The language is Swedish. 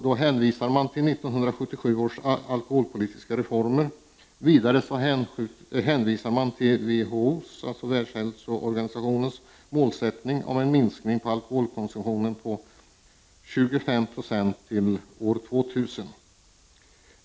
Där hänvisas till 1977 års alkoholpolitiska reform och till WHO:s — världshälsoorganisationens — målsättning om en minskning av alkoholkonsumtionen med 25 9 till år 2000.